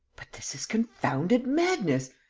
but this is confounded madness!